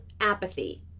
apathy